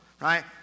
right